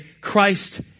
Christ